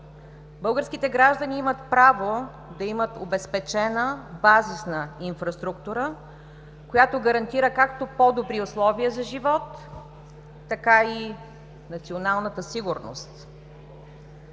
Българските граждани имат право на обезпечена базисна инфраструктура, която гарантира както по-добри условия за живот, така и националната сигурност.